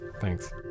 Thanks